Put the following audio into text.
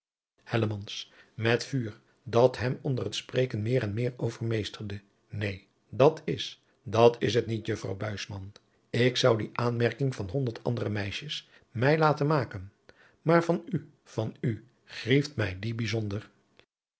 dat hem onder het spreken meer en meer overmeesterde neen dat is dat is het niet juffrouw buisman ik zou die aanmerking van honderd andere meisjes mij laten maken maar van u van u grieft mij die bijzonder